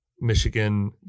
Michigan –